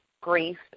grief